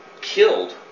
killed